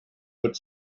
put